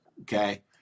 okay